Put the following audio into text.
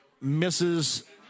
misses